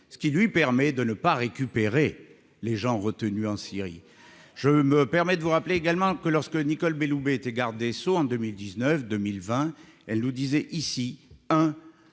ce qui lui permet de ne pas récupérer les gens retenus en Syrie, je me permets de vous rappeler également que lorsque Nicole Belloubet était garde des Sceaux en 2019, 2020, elle nous disait ici, hein,